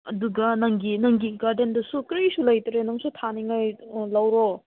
ꯑꯗꯨꯒ ꯅꯪꯒꯤ ꯅꯪꯒꯤ ꯒꯥꯔꯗꯦꯟꯗꯁꯨ ꯀꯔꯤꯁꯨ ꯂꯩꯇ꯭ꯔꯦ ꯅꯪꯁꯨ ꯊꯥꯅꯤꯡꯉꯥꯏ ꯂꯧꯔꯣ